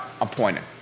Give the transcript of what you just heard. appointed